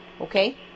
okay